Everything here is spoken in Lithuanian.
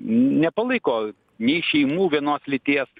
nepalaiko nei šeimų vienos lyties